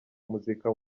muzika